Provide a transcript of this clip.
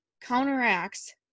counteracts